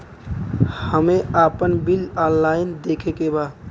हमे आपन bill online देखे के बा?